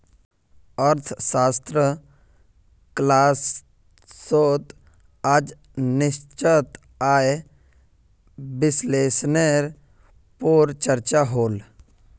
अर्थशाश्त्र क्लास्सोत आज निश्चित आय विस्लेसनेर पोर चर्चा होल